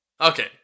Okay